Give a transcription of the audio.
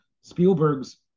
Spielberg's